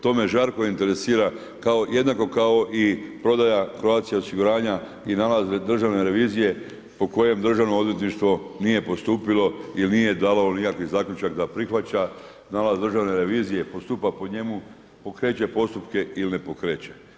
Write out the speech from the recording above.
To me žarko interesira jednako kao i prodaja Croatia osiguranja i nalaz Državne revizije po kojem DORH nije postupili ili nije davalo nikakav zaključak da prihvaća nalaz Državne revizije, postupa po njemu, pokreće postupke ili ne pokreće.